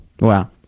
Wow